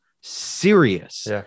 serious